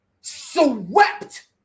swept